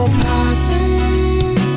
passing